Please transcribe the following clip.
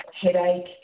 headache